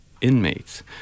inmates